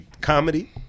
comedy